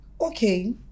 Okay